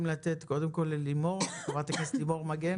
בבקשה, חברת הכנסת לימור מגן.